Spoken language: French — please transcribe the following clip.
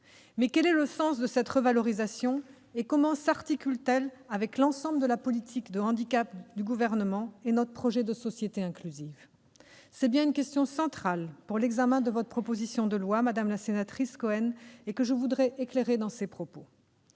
Quel est le sens de cette revalorisation et comment s'articule-t-elle avec l'ensemble de la politique du handicap du Gouvernement et avec notre projet de société inclusive ? C'est une question centrale pour l'examen de votre proposition de loi, madame la sénatrice Cohen, que je voudrai éclairer par mon propos.